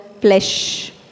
flesh